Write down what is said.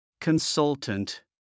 Consultant